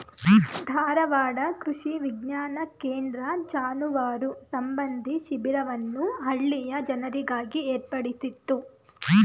ಧಾರವಾಡ ಕೃಷಿ ವಿಜ್ಞಾನ ಕೇಂದ್ರ ಜಾನುವಾರು ಸಂಬಂಧಿ ಶಿಬಿರವನ್ನು ಹಳ್ಳಿಯ ಜನರಿಗಾಗಿ ಏರ್ಪಡಿಸಿತ್ತು